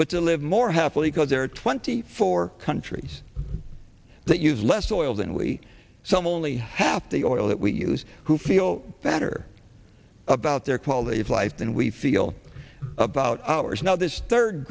but to live more happily because there are twenty four countries that use less oil than we some only half the oil that we use who feel better about their quality of life than we feel about ours now this third